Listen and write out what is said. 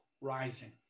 rising